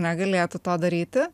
negalėtų to daryti